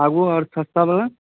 आगुओ आओर सस्तावला